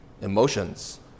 emotions